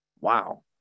wow